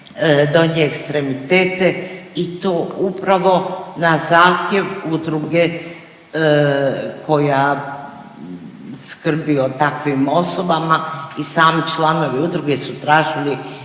donje ekstremitete i to upravo na zahtjev udruge koja skrbi o takvim osobama i sami članovi udruge su tražili